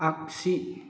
आगसि